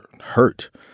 hurt